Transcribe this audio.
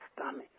stomach